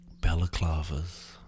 balaclavas